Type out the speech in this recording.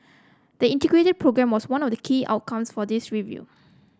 the Integrated Programme was one of the key outcomes for this review